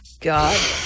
God